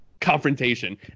confrontation